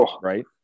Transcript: right